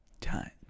Time